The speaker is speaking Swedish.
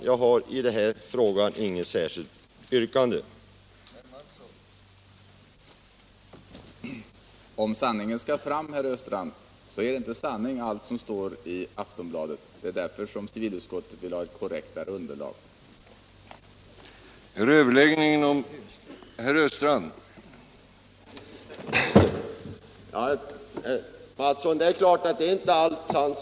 Jag har inget särskilt yrkande i denna fråga.